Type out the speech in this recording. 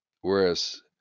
whereas